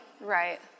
Right